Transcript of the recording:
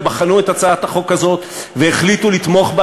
הם בחנו את הצעת החוק הזאת והחליטו לתמוך בה